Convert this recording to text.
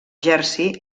jersey